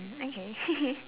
okay